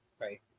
right